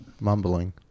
mumbling